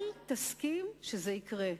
אל תסכים שזה יקרה.